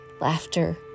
laughter